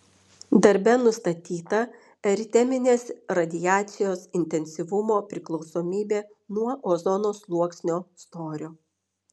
darbe nustatyta eriteminės radiacijos intensyvumo priklausomybė nuo ozono sluoksnio storio